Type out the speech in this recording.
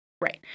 Right